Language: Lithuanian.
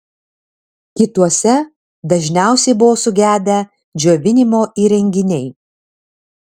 kituose dažniausiai buvo sugedę džiovinimo įrenginiai